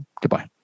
Goodbye